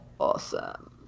Awesome